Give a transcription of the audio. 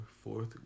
fourth